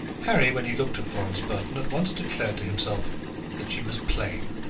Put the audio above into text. harry, when he looked at florence burton, at once declared to himself that she was plain.